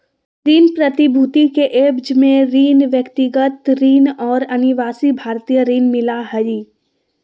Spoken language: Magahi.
ऋण प्रतिभूति के एवज में ऋण, व्यक्तिगत ऋण और अनिवासी भारतीय ऋण मिला हइ